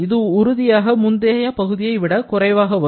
இது உறுதியாக முந்தைய பகுதியைவிட குறைவாக வரும்